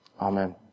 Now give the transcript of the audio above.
Amen